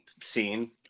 scene